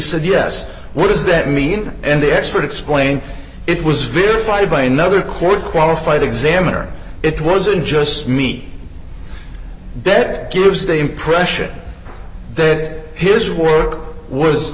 said yes what does that mean and the expert explained it was verified by another court qualified examiner it wasn't just me dead gives the impression that his work was